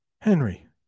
henry